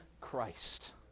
Christ